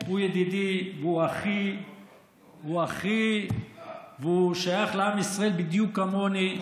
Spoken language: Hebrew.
הוא ידידי והוא אחי והוא שייך לעם ישראל בדיוק כמוני,